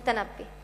אלמותנבי הוא